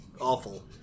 awful